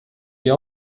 wir